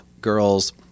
girls